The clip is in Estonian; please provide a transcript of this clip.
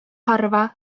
harva